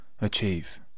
achieve